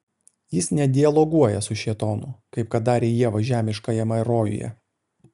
jis nedialoguoja su šėtonu kaip kad darė ieva žemiškajame rojuje